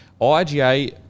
IGA